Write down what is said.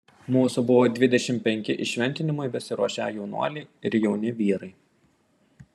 mūsų buvo dvidešimt penki įšventinimui besiruošią jaunuoliai ir jauni vyrai